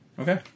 Okay